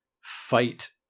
fight